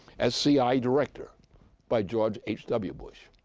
as cia director by george h w. bush.